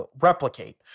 replicate